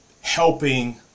helping